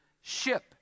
ship